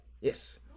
Yes